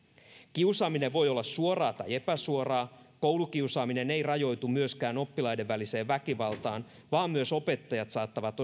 kiusaaminen voi olla suoraa tai epäsuoraa koulukiusaaminen ei rajoitu myöskään oppilaiden väliseen väkivaltaan vaan myös opettajat saattavat